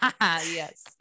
yes